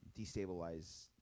destabilize